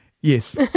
Yes